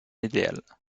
idéal